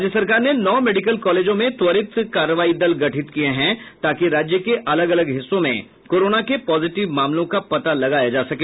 राज्य सरकार ने नौ मेडिकल कॉलेजों में त्वरित कार्रवाई दल गठित किए हैं ताकि राज्य के अलग अलग हिस्सों में कोरोना के पॉजिटिव मामलों का पता लगाया जा सके